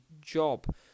job